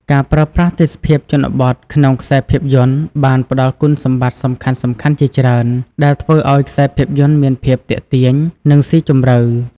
ការប្រើប្រាស់ទេសភាពជនបទក្នុងខ្សែភាពយន្តបានផ្តល់គុណសម្បត្តិសំខាន់ៗជាច្រើន ដែលធ្វើឲ្យខ្សែភាពយន្តមានភាពទាក់ទាញ និងស៊ីជម្រៅ។